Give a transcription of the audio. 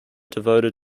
devoted